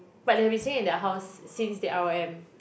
but they have been staying at their house since they r_o_m